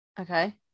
okay